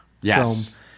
Yes